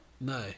No